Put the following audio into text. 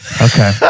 Okay